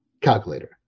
calculator